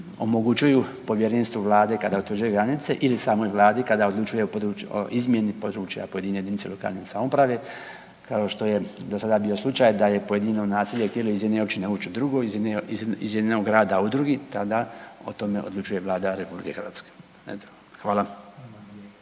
omogućuju Povjerenstvu Vlade kada utvrđuje granice ili samoj Vladi kada odlučuje o izmjeni područja pojedine jedinice lokalne samouprave kao što je do sada bio slučaj da je pojedino naselje htjelo iz jedne općine ući u drugo, iz jednog grada u drugi, tada od tome odlučuje Vlada RH. Evo, hvala.